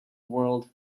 world